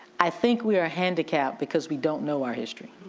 i think we are a handicapped because we don't know our history.